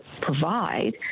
provide